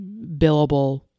billable